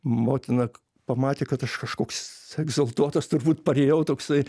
motina pamatė kad aš kažkoks egzaltuotas turbūt parėjau toksai